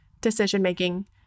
decision-making